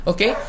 Okay